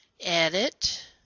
edit